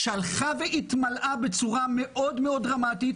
שהלכה והתמלאה בצורה מאוד דרמטית,